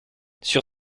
sur